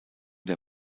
der